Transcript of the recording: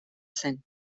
zen